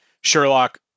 Sherlock